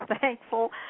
thankful